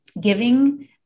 giving